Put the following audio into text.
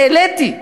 העליתי,